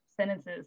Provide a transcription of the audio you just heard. sentences